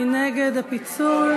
מי נגד הפיצול?